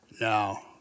Now